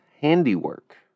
handiwork